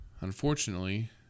Unfortunately